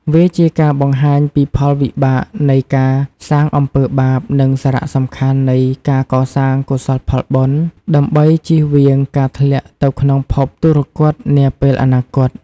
វាជាការបង្ហាញពីផលវិបាកនៃការសាងអំពើបាប និងសារៈសំខាន់នៃការសាងកុសលផលបុណ្យ ដើម្បីជៀសវាងការធ្លាក់ទៅក្នុងភពទុគ៌តនាពេលអនាគត។